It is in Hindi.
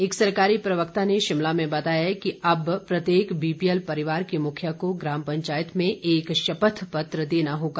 एक सरकारी प्रवक्ता ने शिमला में बताया कि अब प्रत्येक बीपीएल परिवार के मुखिया को ग्राम पंचायत में एक शपथ पत्र देना होगा